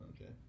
Okay